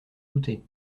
douter